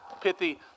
pithy